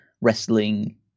wrestling